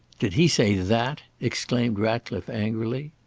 did he say that? exclaimed ratcliffe angrily.